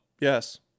Yes